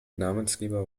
namensgeber